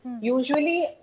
Usually